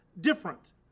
different